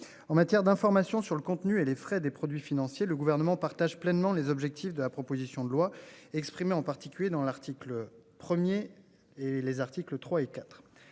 en matière d'information sur le contenu et les frais des produits financiers. Le gouvernement partage pleinement les objectifs de la proposition de loi exprimé en particulier dans l'article 1er et les articles 3 et 4.